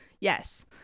yes